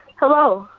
hello,